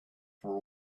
for